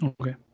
Okay